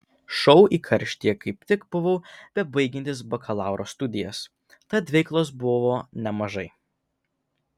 šou įkarštyje kaip tik buvau bebaigiantis bakalauro studijas tad veiklos buvo nemažai